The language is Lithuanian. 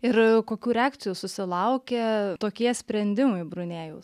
ir kokių reakcijų susilaukė tokie sprendimai brunėjaus